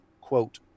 quote